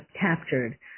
captured